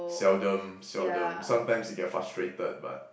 seldom seldom sometimes he get frustrated but